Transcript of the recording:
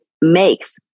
makes